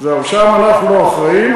זהו, שם אנחנו לא אחראים.